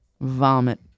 vomit